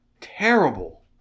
Terrible